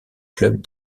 club